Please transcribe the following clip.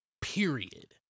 period